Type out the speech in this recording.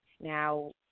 now